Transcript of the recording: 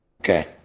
Okay